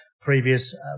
previous